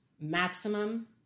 maximum